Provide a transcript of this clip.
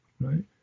right